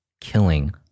killing